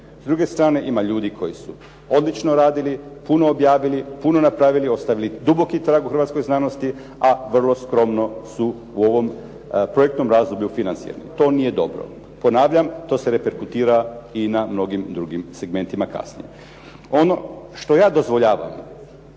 S druge strane, ima ljudi koji su odlično radili, puno objavili, puno napravili, ostavili duboki trag u hrvatskoj znanosti, a vrlo skromno su u ovom projektnom razdoblju financirani. To nije dobro. Ponavljam to se reperkutira i na mnogim drugim segmentima kasnije. Ono što ja dozvoljavam